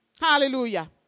Hallelujah